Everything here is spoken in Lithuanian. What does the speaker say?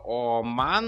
o man